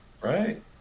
Right